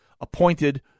appointed